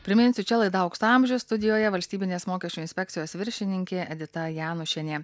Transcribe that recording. priminsiu čia laida aukso amžius studijoje valstybinės mokesčių inspekcijos viršininkė edita janušienė